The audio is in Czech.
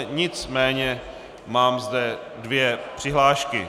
Nicméně mám zde dvě přihlášky.